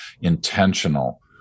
intentional